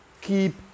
keep